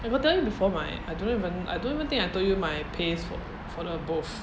I got tell you before my I don't even I don't even think I told you my pays for for the both